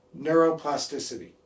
neuroplasticity